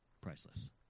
Priceless